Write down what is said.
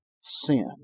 sin